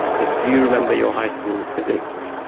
if you remember your high school physics,